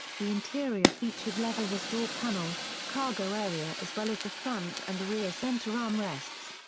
the interior featured leather was door panels, cargo area as well as the front and rear centre arm rests.